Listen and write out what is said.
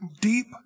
deep